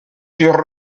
sur